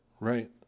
Right